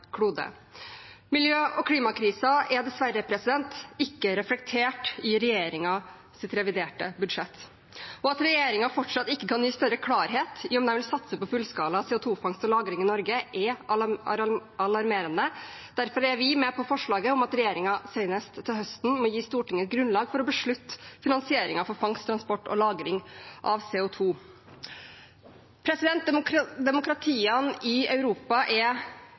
klode. Miljø- og klimakrisen er dessverre ikke reflektert i regjeringens reviderte budsjett, og at regjeringen fortsatt ikke kan gi større klarhet i om de vil satse på fullskala CO 2 -fangst og -lagring i Norge, er alarmerende. Derfor er vi med på forslaget om at regjeringen senest til høsten må gi Stortinget et grunnlag for å beslutte finansieringen for fangst, transport og lagring av CO 2 . Demokratiene i Europa er